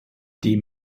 die